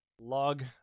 Log